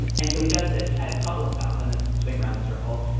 and so, he does this at a couple of stops on this swing around the circle.